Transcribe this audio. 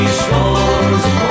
shores